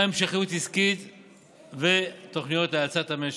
גם המשכיות עסקית ותוכניות להאצת המשק,